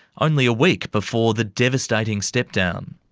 only a week before the devastating stepdown.